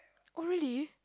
oh really